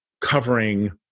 covering